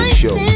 show